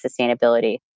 sustainability